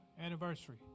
anniversary